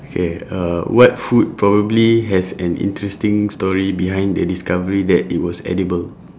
okay uh what food probably has an interesting story beside the discovery that it was edible